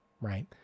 right